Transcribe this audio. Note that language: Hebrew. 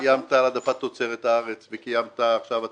וקיימת על העדפת תוצרת הארץ, ועכשיו אתה